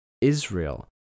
Israel